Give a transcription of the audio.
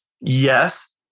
yes